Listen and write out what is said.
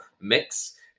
mix